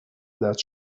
that